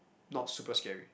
not super scary